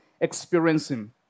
experiencing